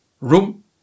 room